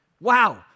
Wow